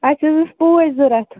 اسہِ حظ ٲسۍ پوش ضروٗرت